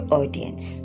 audience